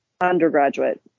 undergraduate